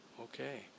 okay